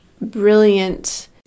brilliant